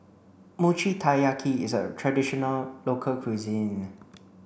Mochi Taiyaki is a traditional local cuisine